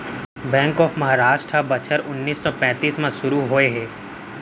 bank of Maharashtra ह बछर उन्नीस सौ पैतीस म सुरू होए हे